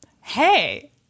Hey